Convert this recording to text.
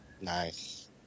Nice